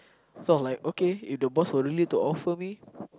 sounds like okay if the boss will really to offer me